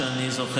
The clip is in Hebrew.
לפי מה שאני זוכר.